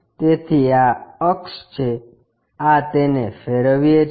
તેથી આ અક્ષ છે આ તેને ફેરવીએ છીએ